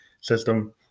system